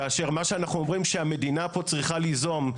כאשר מה שאנחנו אומרים שהמדינה פה צריכה ליזום.